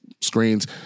screens